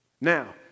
Now